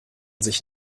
sich